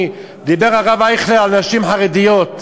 דיבר הרב אייכלר על נשים חרדיות.